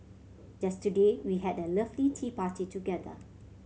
just today we had a lovely tea party together